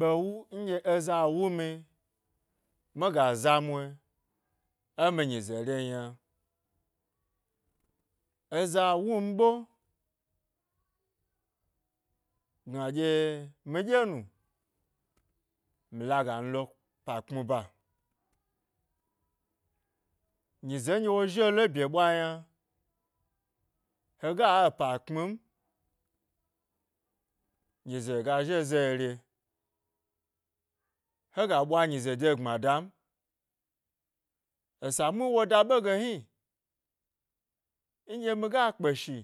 Ɓewu nɗye eza wumi nuga zamu emi nyize ren yna. Eza wumɓe gna ɗye mi ɗye nu mi laga mi lo pa kpmi ba nyize nɗye wo zhilo ė bye ɓwa yna hega e pa kpmi m, nyize ga zhie zore, hega ɓwa nyize de gbma dam, ese muhni wo da ɓe ge hni, nɗye miga kpe shi